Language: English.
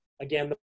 Again